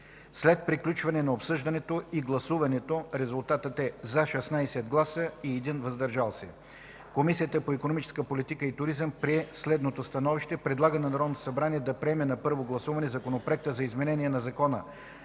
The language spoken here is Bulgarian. След приключване на обсъждането и гласуване с резултати: „за” – 16 гласа и 1 глас „въздържал се”. Комисията по икономическа политика и туризъм прие следното становище: Предлага на Народното събрание да приеме на първо гласуване Законопроекта за изменение на Закона